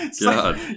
god